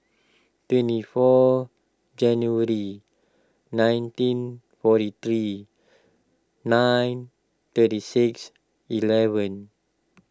twenty four January nineteen forty three nine thirty six eleven